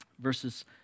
Verses